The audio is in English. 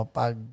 pag